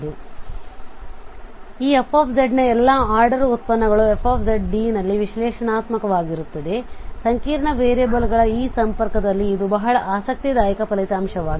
ಆದ್ದರಿಂದ ಈ f ನ ಎಲ್ಲಾ ಆರ್ಡರ್ ಉತ್ಪನ್ನಗಳು f D ನಲ್ಲಿ ವಿಶ್ಲೇಷಣಾತ್ಮಕವಾಗಿರುತ್ತವೆ ಆದ್ದರಿಂದ ಸಂಕೀರ್ಣ ವೇರಿಯೇಬಲ್ಗಳ ಈ ಸಂಪರ್ಕದಲ್ಲಿ ಇದು ಬಹಳ ಆಸಕ್ತಿದಾಯಕ ಫಲಿತಾಂಶವಾಗಿದೆ